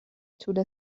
طول